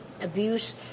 abuse